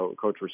Coach